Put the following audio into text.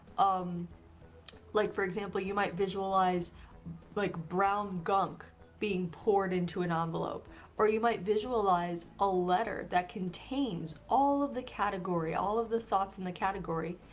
um like, for example, you might visualize like brown gunk being poured into an ah envelope or you might visualize a letter that contains all of the category, all of the thoughts in the category,